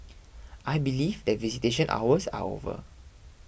I believe that visitation hours are over